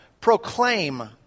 Proclaim